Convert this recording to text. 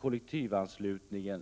kollektivanslutningen.